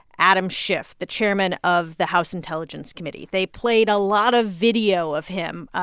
adam schiff, the chairman of the house intelligence committee. they played a lot of video of him,